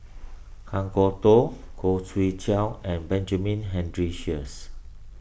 Kan Kwok Toh Khoo Swee Chiow and Benjamin Henry Sheares